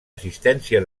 assistència